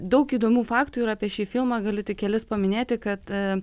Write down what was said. daug įdomių faktų yra apie šį filmą galiu tik kelis paminėti kad